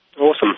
Awesome